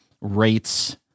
rates